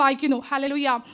Hallelujah